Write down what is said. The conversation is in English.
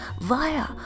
via